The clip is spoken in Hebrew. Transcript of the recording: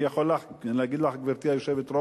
אני יכול להגיד לך, גברתי היושבת-ראש,